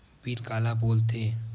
Bill काला बोल थे?